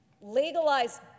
legalize